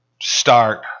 start